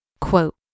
Quote